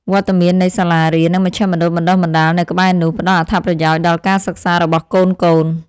វត្តមាននៃសាលារៀន និងមជ្ឈមណ្ឌលបណ្តុះបណ្តាលនៅក្បែរនោះ ផ្តល់អត្ថប្រយោជន៍ដល់ការសិក្សារបស់កូនៗ។